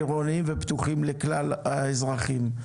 לכלל האזרחים.